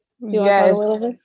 Yes